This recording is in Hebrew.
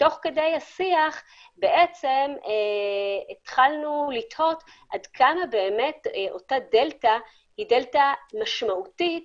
תוך כדי השיח התחלנו לתהות עד כמה אותה דלתא היא דלתא משמעותית